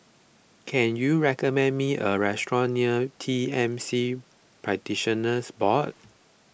can you recommend me a restaurant near T M C Practitioners Board